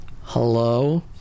hello